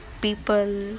people